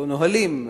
לא נהלים,